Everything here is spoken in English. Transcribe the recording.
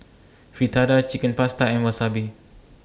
Fritada Chicken Pasta and Wasabi